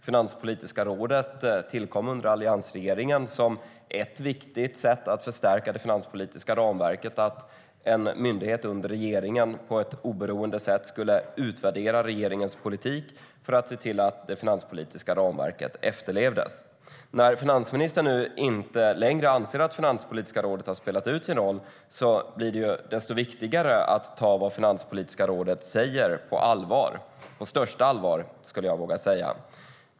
Finanspolitiska rådet tillkom under alliansregeringen som ett viktigt sätt att förstärka det finanspolitiska ramverket, att en myndighet under regeringen på ett oberoende sätt skulle utvärdera regeringens politik för att se till att det finanspolitiska ramverket efterlevdes. När finansministern inte längre anser att Finanspolitiska rådet har spelat ut sin roll blir det desto viktigare att ta vad Finanspolitiska rådet säger på allvar - på största allvar, vågar jag säga.